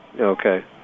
Okay